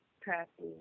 crafty